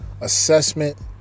Assessment